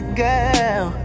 girl